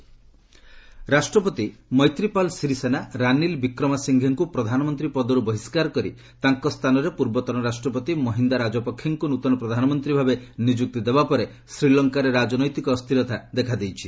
ଲଙ୍କା politics ରାଷ୍ଟପତି ମୈତ୍ରିପାଲ୍ ସିରିସେନା ରାନୀଲ୍ ବିକ୍ରମାସିଙ୍ଘେଙ୍କ ପ୍ରଧାନମନ୍ତ୍ରୀ ପଦରୁ ବହିଷ୍କାର କରି ତାଙ୍କ ସ୍ଥାନରେ ପୂର୍ବତନ ରାଷ୍ଟ୍ରପତି ମହିନ୍ଦା ରାଜପକ୍ଷେଙ୍କୁ ନୃତନ ପ୍ରଧାନମନ୍ତ୍ରୀ ଭାବେ ନିଯୁକ୍ତି ଦେବା ପରେ ଶ୍ରୀଲଙ୍କାରେ ରାଜନୈତିକ ଅସ୍ଥିରତା ଦେଖାଦେଇଛି